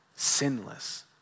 sinless